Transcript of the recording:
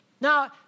Now